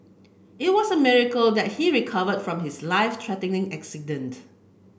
it was a miracle that he recovered from his life threatening accident